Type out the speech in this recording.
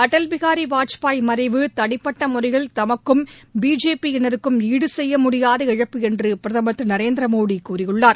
அடல் பிகாரி வாஜ்பாய் மறைவு தனிப்பட்ட முறையில் தமக்கும் பிஜேபியினருக்கும் ஈடுசெய்யமுடியாத இழப்பு என்று பிரதமர் திரு நரேந்திரமோடி கூறியுள்ளார்